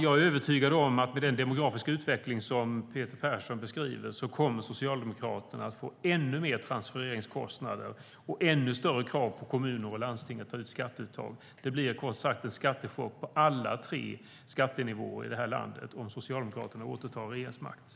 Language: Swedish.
Jag är övertygad om att med den demografiska utveckling som Peter Persson beskriver kommer Socialdemokraterna att få ännu mer transfereringskostnader och ännu större krav på kommuner och landsting att göra skatteuttag. Det blir kort sagt en skattechock på alla tre skattenivåer i det här landet om Socialdemokraterna återtar regeringsmakten.